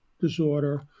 disorder